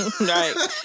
right